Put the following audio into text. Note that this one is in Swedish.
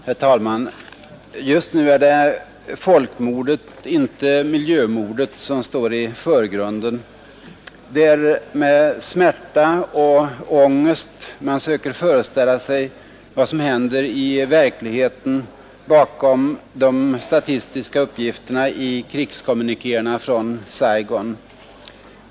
Herr talman! Just nu är det folkmordet, inte miljömordet, som står i förgrunden. Det är med smärta och ångest man söker föreställa sig vad som händer i verkligheten bakom de statistiska uppgifterna i krigskommunikéerna från Saigon.